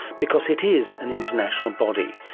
because it is an international body.